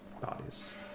bodies